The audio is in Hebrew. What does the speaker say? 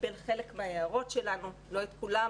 קיבל חלק מההערות שלנו לא את כולן,